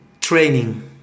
training